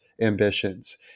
ambitions